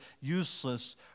useless